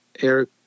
Eric